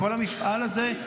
בכל המפעל הזה.